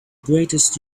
greatest